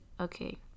okay